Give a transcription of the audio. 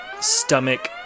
stomach